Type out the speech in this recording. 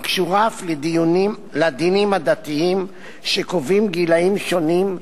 הקשורה אף לדינים הדתיים שקובעים גילים שונים,